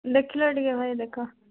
ଦେଖିଲ ଟିକେ ଭାଇ ଦେଖ